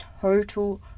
total